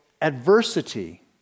adversity